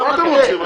אתה מטעה.